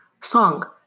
Song